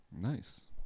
Nice